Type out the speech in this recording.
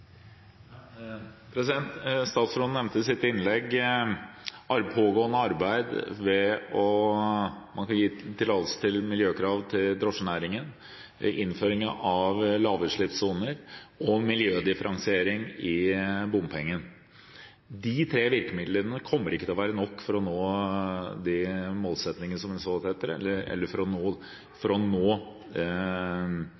Statsråden nevnte i sitt innlegg pågående arbeid med at man kan gi tillatelse til miljøkrav til drosjenæringen, til innføring av lavutslippssoner og til miljødifferensiering av bompenger. De tre virkemidlene kommer ikke til å være nok for å nå de målsettingene hun setter, eller for å nå det som er nødvendig for å